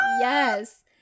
Yes